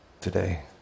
today